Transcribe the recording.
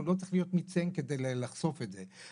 הוא לא צריך להיות עובד מצטיין כדי לחשוף את זה.